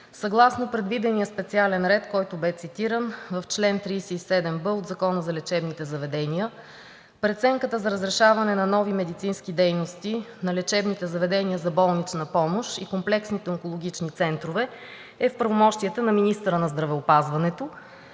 Съгласно предвидения специален ред, който бе цитиран в чл. 37б от Закона за лечебните заведения, преценката за разрешаване на нови медицински дейности на лечебните заведения за болнична помощ и комплексните онкологични центрове е в правомощията на министъра на здравеопазването,